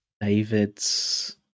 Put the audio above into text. David's